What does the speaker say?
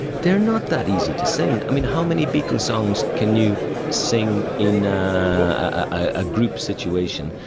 they're not that easy to sing. i mean, how many beatles songs can you sing in a. a group situation?